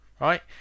right